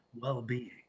well-being